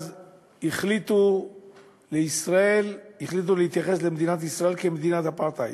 אז החליטו להתייחס למדינת ישראל כמדינת אפרטהייד.